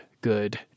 good